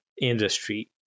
industry